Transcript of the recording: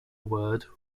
word